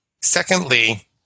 Secondly